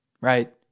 right